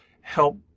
help